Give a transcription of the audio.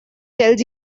tells